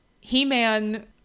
He-Man